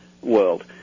world